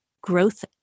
growth